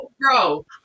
bro